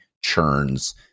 churns